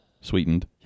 sweetened